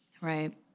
Right